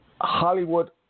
hollywood